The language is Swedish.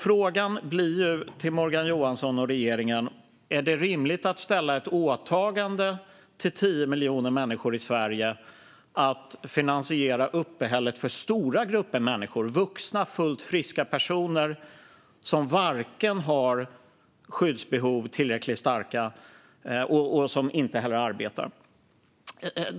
Frågan till Morgan Johansson och regeringen blir: Är det rimligt att ställa upp ett åtagande för 10 miljoner människor i Sverige att de ska finansiera uppehället för stora grupper människor - vuxna och fullt friska personer - som inte har tillräckligt starka skyddsbehov och som heller inte arbetar?